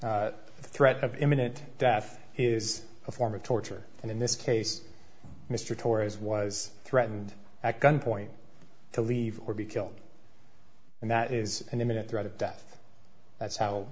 the threat of imminent death is a form of torture and in this case mr torres was threatened at gunpoint to leave or be killed and that is an imminent threat of death that's how